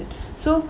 so